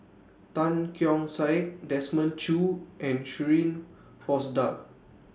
Tan Keong Saik Desmond Choo and Shirin Fozdar